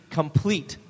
complete